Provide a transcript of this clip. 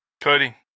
Cody